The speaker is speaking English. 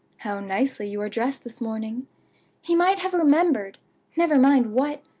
how nicely you are dressed this morning he might have remembered never mind what!